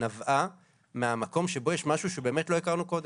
נבעה מהמקום שבו יש משהו שלא הכרנו קודם.